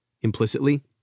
Implicitly